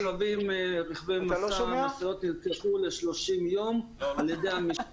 ורכבי משא נלקחו ל-30 יום על ידי המשטרה.